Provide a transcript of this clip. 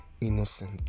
innocent